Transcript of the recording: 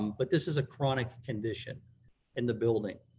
but this is a chronic condition in the building.